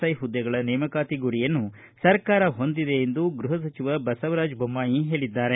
I ಹುದ್ದೆಗಳ ನೇಮಕಾತಿ ಗುರಿಯನ್ನು ಸರ್ಕಾರ ಹೊಂದಿದೆ ಎಂದು ಗೃಹ ಸಚಿವ ಬಸವರಾಜ ಬೊಮ್ಮಾಯಿ ಹೇಳಿದ್ದಾರೆ